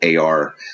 AR